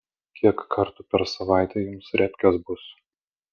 kiek kartų per savaitę jums repkės bus